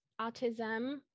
autism